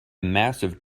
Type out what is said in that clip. massive